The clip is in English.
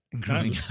growing